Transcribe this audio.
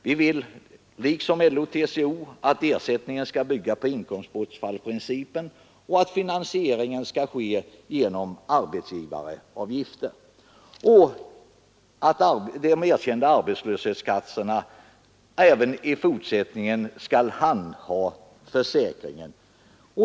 Vi vill liksom LO och TCO att ersättningen skall bygga på inkomstbortfallsprincipen och att finansieringen skall ske genom arbetsgivaravgifter samt att de erkända arbetslöshetskassorna även i fortsättningen skall handha försäkringen.